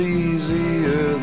easier